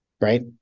right